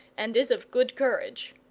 and is of good courage.